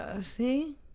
See